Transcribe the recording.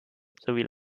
sowie